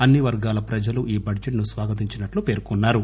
అన్ని త వర్గాల ప్రజలు ఈ బడ్జెట్ ను స్వాగతించినట్లు పేర్కొన్నారు